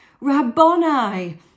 Rabboni